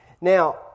Now